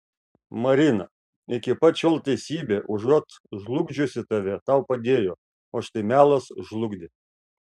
marina iki pat šiol teisybė užuot žlugdžiusi tave tau padėjo o štai melas žlugdė